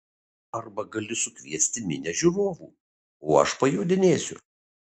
arba gali sukviesti minią žiūrovų o aš pajodinėsiu